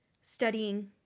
studying